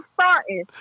starting